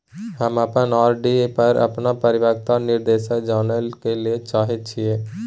हम अपन आर.डी पर अपन परिपक्वता निर्देश जानय ले चाहय छियै